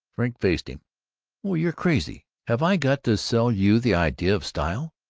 frink faced him oh, you're crazy! have i got to sell you the idea of style?